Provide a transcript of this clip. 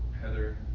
Heather